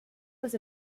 was